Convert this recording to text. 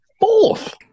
Fourth